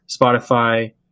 Spotify